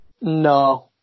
No